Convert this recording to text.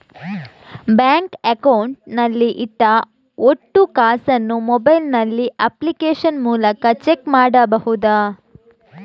Bank account ನಲ್ಲಿ ಇಟ್ಟ ಒಟ್ಟು ಕಾಸನ್ನು ಮೊಬೈಲ್ ನಲ್ಲಿ ಅಪ್ಲಿಕೇಶನ್ ಮೂಲಕ ಚೆಕ್ ಮಾಡಬಹುದಾ?